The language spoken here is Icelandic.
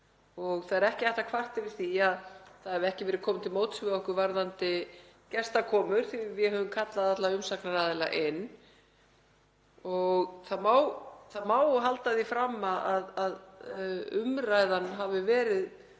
funda og ekki er hægt að kvarta yfir því að ekki hafi verið komið til móts við okkur varðandi gestakomur því að við höfum kallað alla umsagnaraðila inn. Það má halda því fram að umræðan hafi verið